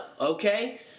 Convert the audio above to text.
okay